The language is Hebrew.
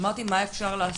אמרתי מה אפשר לעשות,